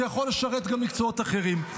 וזה יכול לשרת גם מקצועות אחרים.